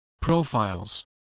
profiles